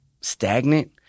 stagnant